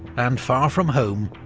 and far from home,